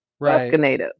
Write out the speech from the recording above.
right